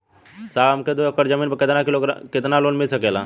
साहब हमरे दो एकड़ जमीन पर कितनालोन मिल सकेला?